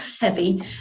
heavy